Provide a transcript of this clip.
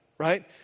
Right